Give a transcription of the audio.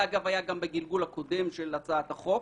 אגב, זה היה גם בגלגול הקודם של הצעת החוק.